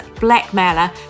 blackmailer